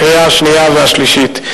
לקריאה השנייה והשלישית.